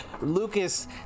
Lucas